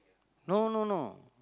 no no no